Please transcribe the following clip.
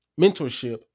mentorship